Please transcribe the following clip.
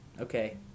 Okay